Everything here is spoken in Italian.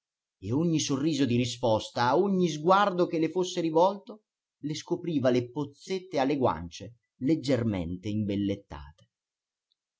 e ogni sorriso di risposta a ogni sguardo che le fosse rivolto le scopriva le pozzette alle guance leggermente